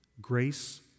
Grace